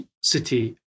City